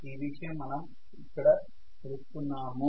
ఈ విషయం మనం ఇక్కడ తెలుసుకున్నాము